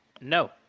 No